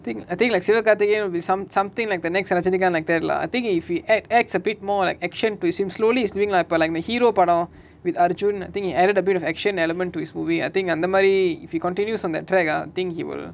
think I think like sivakaarthikeyan will be some something like the next the rajanikhanth like third lah I think if he acts acts a bit more like action to slowly he is doing lah இப்பலா இந்த:ippala intha hero படோ:pado with arjun think air a dubbing of the action element to his movie I think அந்தமாரி:anthamari if he continues on that track ah I think he will